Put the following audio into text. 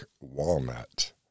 walnut